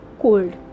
cold